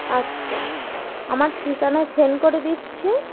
আচ্ছা আমার ঠিকানায় সেন্ড করে দিচ্ছে